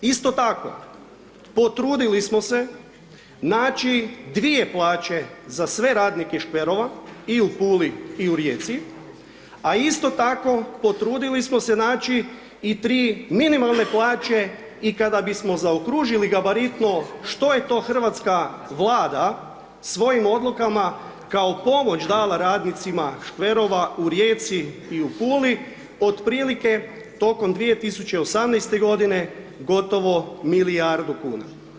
Isto tako, potrudili smo se naći dvije plaće za sve radnike škverova i u Puli i u Rijeci, a isto tako potrudili smo se naći i tri minimalne plaće i kada bismo zaokružili gabaritno što je to hrvatska Vlada svojim odlukama kao pomoć dala radnicima škverova u Rijeci i u Puli, otprilike tokom 2018.-te godine gotovo milijardu kuna.